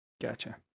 Gotcha